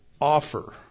offer